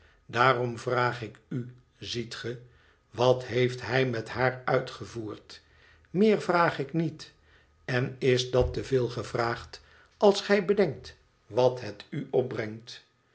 daarom vraag ik u ziet ge wat heeft hij met haar uitgevoerd meer vraag ik niet en is dat te veel gevraagd als gij bedenkt wat het u opbrengt